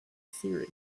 theory